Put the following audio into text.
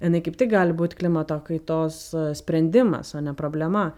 jinai kaip tik gali būt klimato kaitos sprendimas o ne problema